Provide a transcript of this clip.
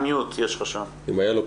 הרי הרשויות המקומיות קודם כל לקחו על עצמן